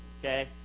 okay